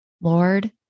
Lord